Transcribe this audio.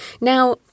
Now